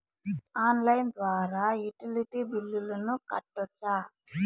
Online ద్వారా utility బిల్లులను కట్టొచ్చా?